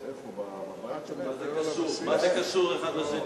הכנסת אריאל,